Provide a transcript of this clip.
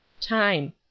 time